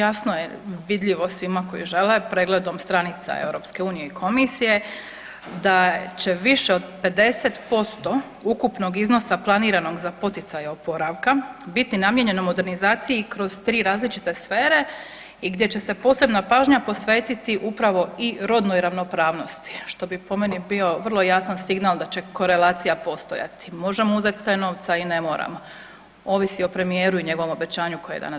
Jasno je, vidljivo svima koji žele pregledom stranica EU i komisije da će više od 50% ukupnog iznosa planiranog za poticaje oporavka biti namijenjeno modernizaciji i kroz 3 različite sfere i gdje će se posebna pažnja posvetiti upravo i rodnoj ravnopravnosti što bi po meni bio vrlo jasan signal da će korelacija postojati, možemo uzeti te novce, a i ne moramo, ovisi o premijeru i njegovom obećanju koje je danas dao.